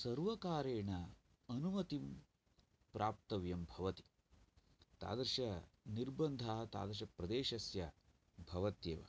सर्वकारेण अनुमतिः प्राप्तव्या भवति तादृशनिर्बन्धः तादृशप्रदेशस्य भवत्येव